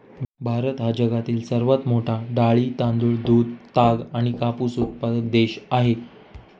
भारत हा जगातील सर्वात मोठा डाळी, तांदूळ, दूध, ताग आणि कापूस उत्पादक देश आहे